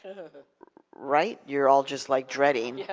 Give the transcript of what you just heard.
right? you're all just like dreading. yeah